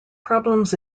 problems